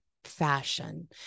Fashion